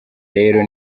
rero